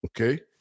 okay